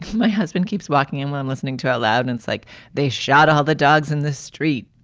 my husband keeps walking in line listening to outloud. it's like they shot all the dogs in the street,